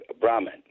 Brahman